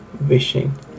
wishing